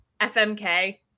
FMK